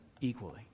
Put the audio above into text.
equally